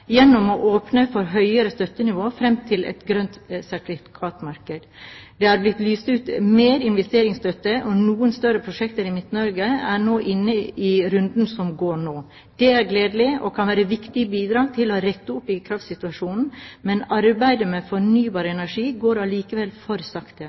gjennom å åpne for høyere støttenivå fram til et grønt sertifikat-marked. Det har blitt lyst ut mer investeringsstøtte, og noen større prosjekter i Midt-Norge er inne i runden som går nå. Det er gledelig og kan være viktige bidrag til å rette opp i kraftsituasjonen. Men arbeidet med fornybar energi går allikevel for sakte.